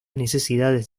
necesidades